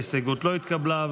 ההסתייגות לא התקבלה.